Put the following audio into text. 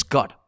God